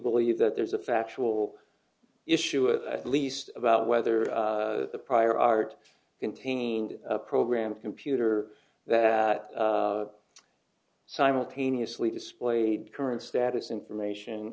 believe that there's a factual issue at least about whether the prior art contained a program computer that simultaneously displayed current status information